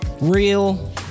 real